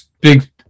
big